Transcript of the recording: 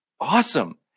awesome